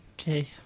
Okay